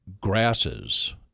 grasses